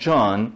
John